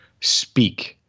speak